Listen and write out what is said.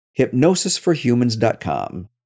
hypnosisforhumans.com